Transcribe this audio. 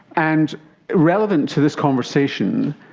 and relevant to this conversation,